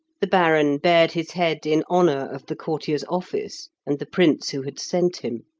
the baron bared his head in honour of the courtier's office and the prince who had sent him.